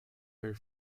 her